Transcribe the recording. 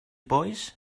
boys